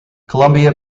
colombia